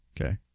Okay